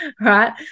Right